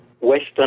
Western